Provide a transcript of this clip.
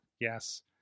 Yes